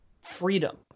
freedom